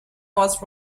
was